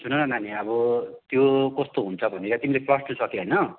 सुन न नानी अब त्यो कस्तो हुन्छ भने तिमीले प्लस टू सक्यौ होइन